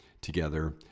together